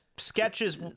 sketches